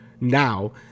now